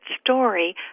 story